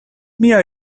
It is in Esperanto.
mia